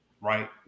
right